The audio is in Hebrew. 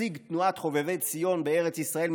נציג תנועת חובבי ציון בארץ ישראל,